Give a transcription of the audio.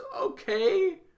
okay